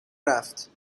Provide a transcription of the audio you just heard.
رفت